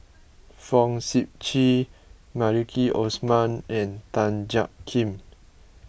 Fong Sip Chee Maliki Osman and Tan Jiak Kim